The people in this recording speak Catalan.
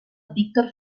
víctor